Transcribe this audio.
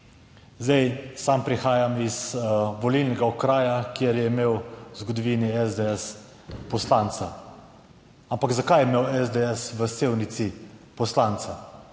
zdaj, sam prihajam iz volilnega okraja, kjer je imel v zgodovini SDS poslanca. Ampak zakaj je imel SDS v Sevnici poslanca?